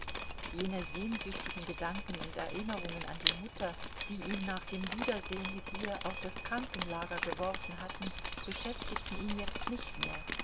jene sehnsüchtigen gedanken und erinnerungen an die mutter die ihn nach dem wiedersehen mit ihr auf das krankenlager geworfen hatten beschäftigten ihn jetzt nicht mehr